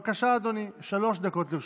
בבקשה, אדוני, שלוש דקות לרשותך.